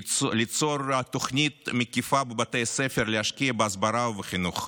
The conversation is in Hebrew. ליצור תוכנית מקיפה בבתי הספר ולהשקיע בהסברה ובחינוך.